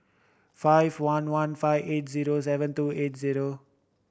five one one five eight zero seven two eight zero